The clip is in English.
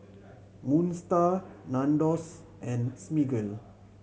Moon Star Nandos and Smiggle